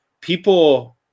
People